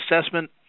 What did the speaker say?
assessment